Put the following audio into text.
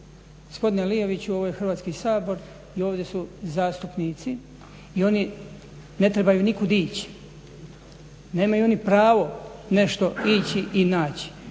Gospodine Lioviću ovo je Hrvatski sabor i ovdje su zastupnici i oni ne trebaju nikud ići, nemaju oni pravo nešto ići i naći,